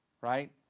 right